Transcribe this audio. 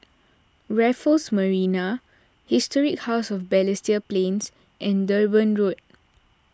Raffles Marina Historic House of Balestier Plains and Durban Road